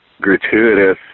gratuitous